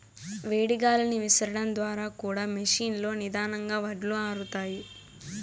వేడి గాలిని విసరడం ద్వారా కూడా మెషీన్ లో నిదానంగా వడ్లు ఆరుతాయి